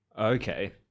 Okay